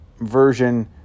version